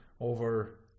over